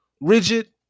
rigid